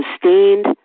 sustained